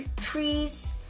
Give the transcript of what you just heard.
trees